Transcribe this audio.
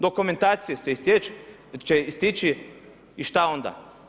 Dokumentacije će istići i šta onda?